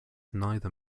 neither